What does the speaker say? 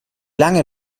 lange